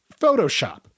Photoshop